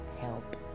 Help